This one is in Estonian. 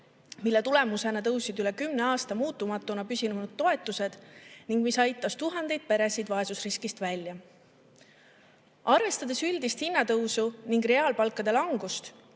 mille tulemusena tõusid üle kümne aasta muutumatuna püsinud toetused ning mis aitas tuhandeid peresid vaesusriskist välja. Arvestades üldist hinnatõusu ning reaalpalkade langust,